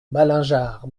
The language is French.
malingear